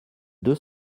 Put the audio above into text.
deux